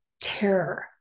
terror